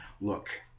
look